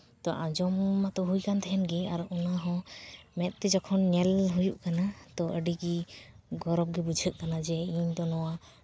ᱛᱳ ᱟᱸᱡᱚᱢ ᱢᱟᱛᱚ ᱦᱩᱭ ᱠᱟᱱ ᱜᱮ ᱛᱟᱦᱮᱸ ᱠᱟᱱᱟ ᱟᱨ ᱚᱱᱟᱦᱚᱸ ᱢᱮᱸᱫ ᱛᱮ ᱡᱚᱠᱷᱚᱱ ᱧᱮᱞ ᱦᱩᱭᱩᱜ ᱠᱟᱱᱟ ᱛᱳ ᱟᱹᱰᱤᱜᱮ ᱜᱚᱨᱚᱵᱽ ᱜᱮ ᱵᱩᱡᱷᱟᱹᱜ ᱠᱟᱱᱟ ᱡᱮ ᱤᱧᱫᱚ ᱱᱚᱣᱟ